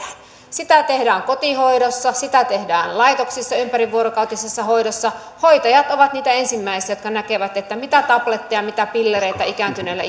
sitä tehdään kotihoidossa sitä tehdään laitoksissa ympärivuorokautisessa hoidossa hoitajat ovat niitä ensimmäisiä jotka näkevät mitä tabletteja mitä pillereitä ikääntyneelle